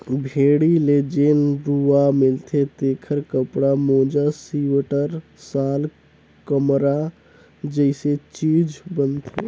भेड़ी ले जेन रूआ मिलथे तेखर कपड़ा, मोजा सिवटर, साल, कमरा जइसे चीज बनथे